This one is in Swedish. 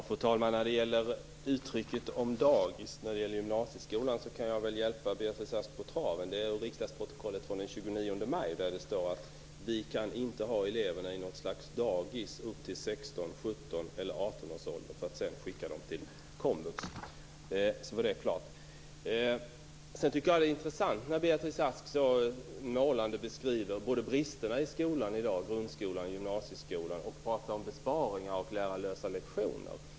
Fru talman! När det gäller uttalandet om dagis och gymnasieskolan kan jag hjälpa Beatrice Ask på traven. I riksdagsprotokollet från den 29 maj står det: "Vi kan inte ha eleverna i något slags dagis upp till 16-, 17 eller 18-årsåldern för att sedan skicka dem till komvux -." Det är intressant att höra Beatrice Ask så målande beskriva bristerna i både grundskolan och gymnasieskolan och tala om besparingar och lärarlösa lektioner.